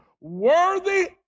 Worthy